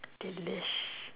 delish